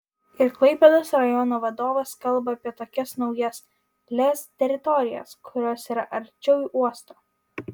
ir klaipėdos rajono vadovas kalba apie tokias naujas lez teritorijas kurios yra arčiau uosto